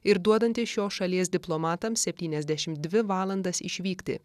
ir duodantis šios šalies diplomatams septyniasdešim dvi valandas išvykti